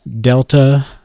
Delta